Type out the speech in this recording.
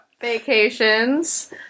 vacations